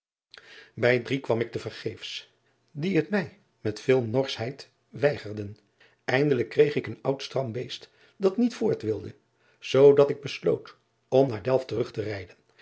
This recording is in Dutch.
ij drie kwam ik te vergeefs die het mij met veel norschheid weigerden eindelijk kreeg ik een oud stram beest dat niet voort wilde zoodat ik besloot om naar elft terug te rijden